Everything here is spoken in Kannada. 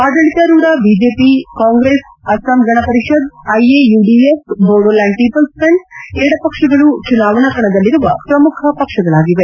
ಆಡಳಿತಾರೂಢ BJP Congress Asom Gana Parishad AIUDF Bodoland people's front ಎಡಪಕ್ಷಗಳು ಚುನಾವಣಾ ಕಣದಲ್ಲಿರುವ ಪ್ರಮುಖ ಪಕ್ಷಗಳಾಗಿವೆ